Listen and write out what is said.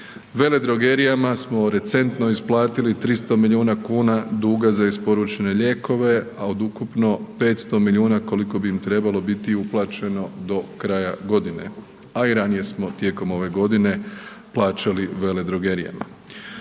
Veledrogerijama smo u recentno isplatili 300 milijuna kuna duga za isporučene lijekove, a od ukupno 500 milijuna koliko bi im trebalo biti uplaćeno do kraja godine, a i ranije smo tijekom ove godine plaćali veledrogerijama.